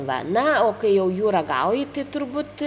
va na o kai jau jų ragauji tai turbūt